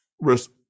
risk